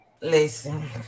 Listen